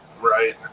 Right